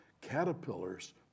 Caterpillars